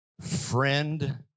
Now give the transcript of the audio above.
Friend